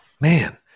Man